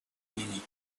мнений